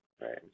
Right